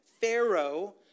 Pharaoh